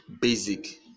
basic